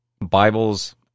bibles